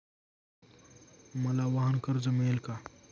मला वाहनकर्ज मिळेल का?